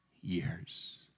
years